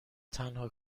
تنها